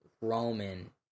Roman